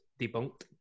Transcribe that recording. debunked